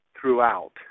throughout